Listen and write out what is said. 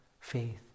faith